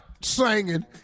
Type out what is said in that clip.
singing